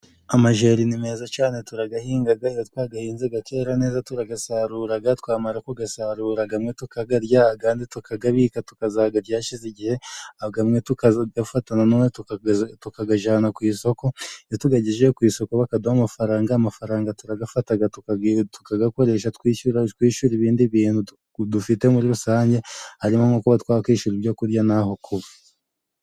Amajeri ni meza cane turagahingaga. Iyo twagahinze gakera neza turagasaruraga, twamara kugasarura gamwe tukagarya agandi tukagabika tukazagarya hashize igihe, gamwe tukagafata na none tukagajana ku isoko. Iyo tugagejeje ku isoko bakaduha amafaranga, amafaranga turagafataga tukagakoresha twishura ibindi bintu dufite muri rusange, harimo nko kuba twakwishura ibyo kurya na ho kuba.